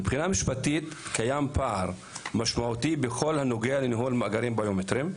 מבחינה משפטית קיים פער משמעותי בכל הנוגע לניהול מאגרים ביומטריים.